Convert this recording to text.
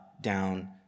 down